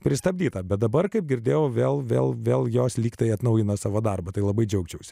pristabdyta bet dabar kaip girdėjau vėl vėl vėl jos lyg tai atnaujino savo darbą tai labai džiaugčiausi